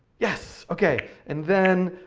yes, okay, and then,